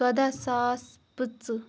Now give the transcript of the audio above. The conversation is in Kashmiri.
ژۄدَہ ساس پٕژٕہ